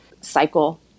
cycle